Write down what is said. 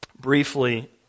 Briefly